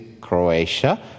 Croatia